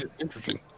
Interesting